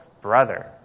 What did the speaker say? brother